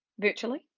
virtually